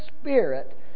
spirit